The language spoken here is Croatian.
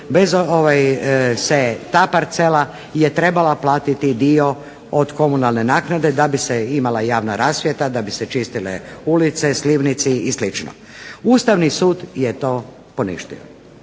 se ta parcela je trebala platiti dio od komunalne naknade da bi se imala javna rasvjeta, da bi se čistile ulice, slivnici i slično. Ustavni sud je to poništio.